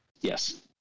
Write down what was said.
Yes